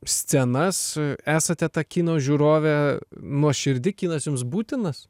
scenas esate ta kino žiūrove nuoširdi kinas jums būtinas